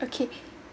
okay